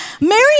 Mary